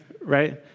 Right